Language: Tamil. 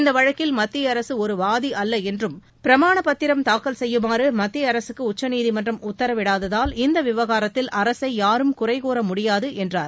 இந்த வழக்கில் மத்திய அரசு ஒரு வாதி அல்ல என்றும் பிரமாணப் பத்திரம் தாக்கல் செய்யுமாறு மத்திய அரசுக்கு உச்சநீதிமன்றம் உத்தரவிடாததால் இந்த விவகாரத்தில் அரசை யாரும் குறை கூற முடியாது என்றார்